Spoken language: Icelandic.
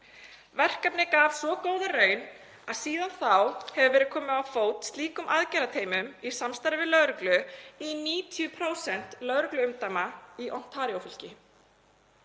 Verkefnið gaf svo góða raun að síðan þá hefur verið komið á fót slíkum aðgerðateymum í samstarfi við lögreglu í 90% lögregluumdæma í Ontario-fylki.